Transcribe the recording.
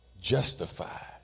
justify